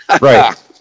Right